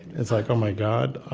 it's like, oh my god.